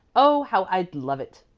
oh, how i'd love it!